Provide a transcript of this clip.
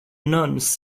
nuns